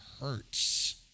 hurts